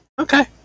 Okay